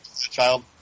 child